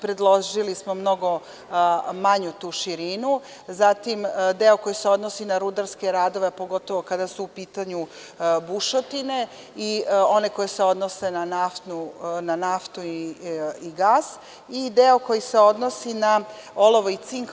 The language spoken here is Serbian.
Predložili smo mnogo manju tu širinu, zatim deo koji se odnosi na rudarske radove, pogotovo kada su u pitanju bušotine i oni koji se odnose na naftu i gas i deo koji se odnosi na olovo i cink.